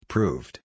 Proved